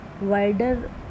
wider